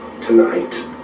tonight